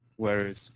whereas